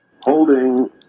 holding